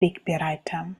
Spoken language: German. wegbereiter